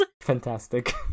Fantastic